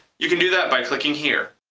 you can do that by clicking here.